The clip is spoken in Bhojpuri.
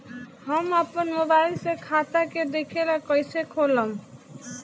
हम आपन मोबाइल से खाता के देखेला कइसे खोलम?